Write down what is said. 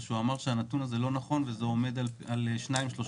שהוא אמר שהנתון הזה לא נכון וזה עומד על 3%-2%.